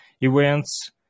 events